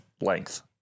length